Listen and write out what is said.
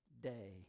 day